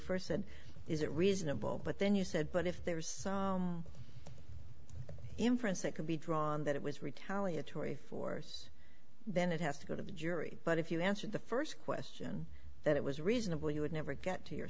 first said is it reasonable but then you said but if there's inference that could be drawn that it was retaliatory force then it has to go to the jury but if you answered the first question that it was reasonable you would never get to your